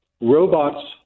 robots